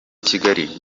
kigali